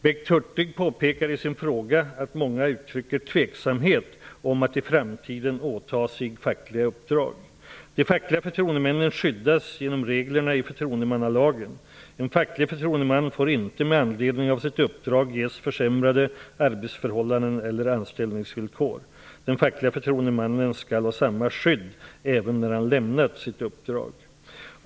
Bengt Hurtig påpekar i sin fråga att många uttrycker tveksamhet om att i framtiden åta sig fackliga uppdrag. De fackliga förtroendemännen skyddas genom reglerna i förtroendemannalagen. En facklig förtroendeman får inte med anledning av sitt uppdrag ges försämrade arbetsförhållanden eller anställningsvillkor. Den fackliga förtroendemannen skall ha samma skydd även när han har lämnat sitt uppdrag.